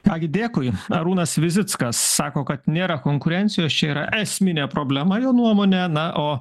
ką gi dėkui arūnas vizickas sako kad nėra konkurencijos čia yra esminė problema jo nuomone na o